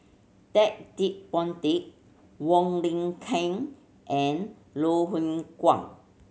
Ted De Ponti Wong Lin Ken and Loh Hoong Kwan